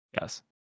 Yes